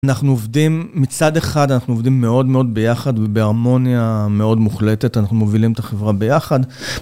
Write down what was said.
אנחנו עובדים מצד אחד, אנחנו עובדים מאוד מאוד ביחד ובהרמוניה מאוד מוחלטת, אנחנו מובילים את החברה ביחד.